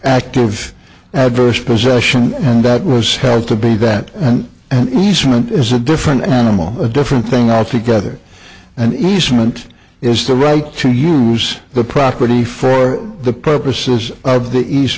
active adverse possession and that was held to be that and an easement is a different animal a different thing altogether and easement is the right to use the property for the purposes of the eas